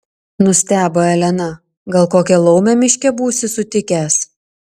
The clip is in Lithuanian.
nustebo elena gal kokią laumę miške būsi sutikęs